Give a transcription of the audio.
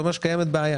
זה אומר שקיימת בעיה